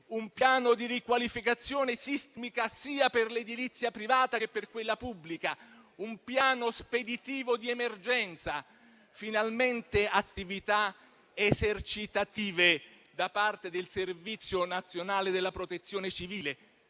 un piano di riqualificazione sismica sia per l'edilizia privata che per quella pubblica, un piano speditivo di emergenza, finalmente attività esercitative da parte del Servizio nazionale della Protezione civile.